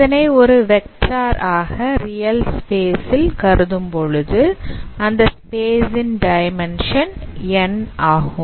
இதனை ஒரு வெக்டார் ஆக ரியல் ஸ்பேஸ் ல் கருதும் பொழுது அந்தஸ்பேஸ் ன் டைமென்ஷன் n ஆகும்